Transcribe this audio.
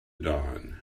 dawn